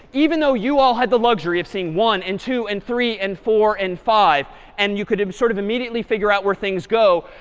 even though you all had the luxury of seeing one and two and three and four and five and you could even um sort of immediately figure out where things go,